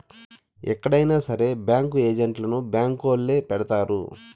ఎక్కడైనా సరే బ్యాంకు ఏజెంట్లను బ్యాంకొల్లే పెడతారు